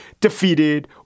defeated